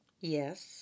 Yes